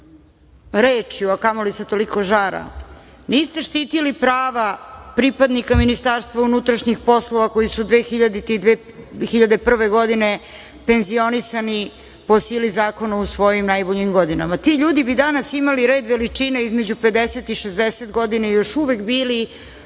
rečju, a kamoli sa toliko žara niste štitili prava pripadnika MUP koji su 2000. godine i 2001. godine penzionisani po sili zakona u svojim najboljim godinama. Ti ljudi bi danas imali red veličine između 50 i 60 godina i još uvek bili